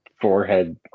forehead